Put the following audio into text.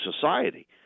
society